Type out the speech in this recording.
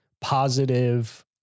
positive